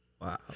Wow